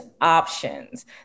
options